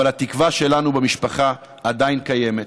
אבל התקווה שלנו במשפחה עדיין קיימת,